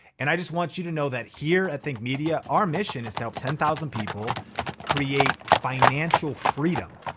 and i just want you to know that here at think media, our mission is to help ten thousand people create financial freedom